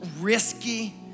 risky